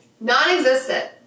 Non-existent